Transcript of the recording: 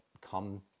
come